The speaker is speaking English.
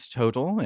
total